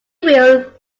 wheel